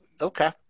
Okay